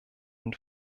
den